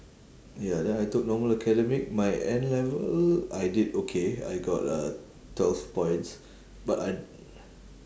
ya then I took normal academic my N-level I did okay I got uh twelve points but I